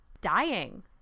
dying